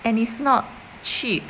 and it's not cheap